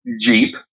jeep